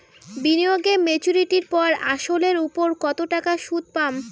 বিনিয়োগ এ মেচুরিটির পর আসল এর উপর কতো টাকা সুদ পাম?